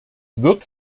wird